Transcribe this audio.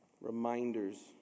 Reminders